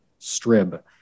Strib